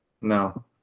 No